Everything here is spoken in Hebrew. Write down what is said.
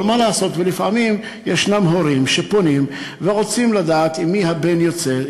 אבל מה לעשות ולפעמים יש הורים שפונים ורוצים לדעת עם מי הבן יוצא,